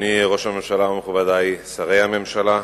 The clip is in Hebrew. אדוני ראש הממשלה ומכובדי שרי הממשלה,